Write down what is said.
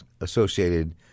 associated